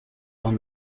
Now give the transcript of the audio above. won